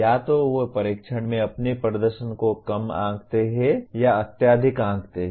या तो वे परीक्षण में अपने प्रदर्शन को कम आंकते हैं या अत्यधिक आंकते हैं